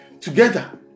together